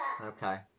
Okay